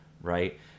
right